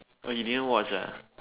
oh you didn't watch ah